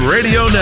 Radio